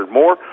more